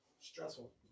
Stressful